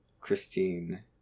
Christine